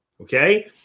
Okay